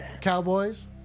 Cowboys